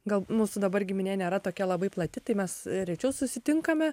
gal mūsų dabar giminė nėra tokia labai plati tai mes rečiau susitinkame